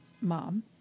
mom